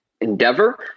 endeavor